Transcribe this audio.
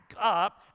up